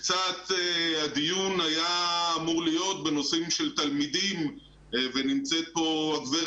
הדיון היה אמור להיות בנושאים של תלמידים ונמצאת פה הגב'